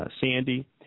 Sandy